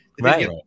Right